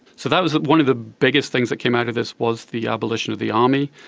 so that was one of the biggest things that came out of this, was the abolition of the army.